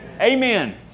Amen